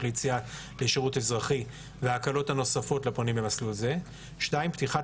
ליציאה לשירות אזרחי והקלות נוספות לפונים למסלול זה 2. פתיחת